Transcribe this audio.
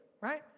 Right